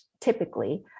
typically